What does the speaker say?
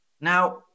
Now